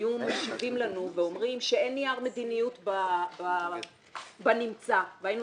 היו מציגים לנו ואומרים שאין נייר מדיניות בנמצא והיינו